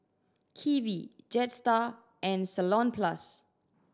Kiwi Jetstar and Salonpas